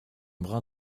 brin